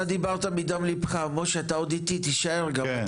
אתה דיברת מדם ליבך, משה אתה עוד איתי, תישאר גם.